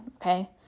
okay